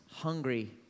Hungry